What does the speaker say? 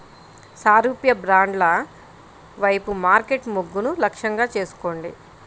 సారూప్య బ్రాండ్ల వైపు మార్కెట్ మొగ్గును లక్ష్యంగా చేసుకోండి